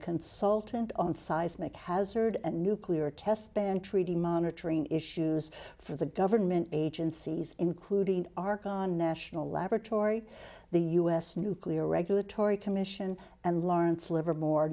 consultant on seismic hazard and nuclear test ban treaty monitoring issues for the government agencies including arc on national laboratory the u s nuclear regulatory commission and lawrence livermore